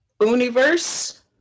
Universe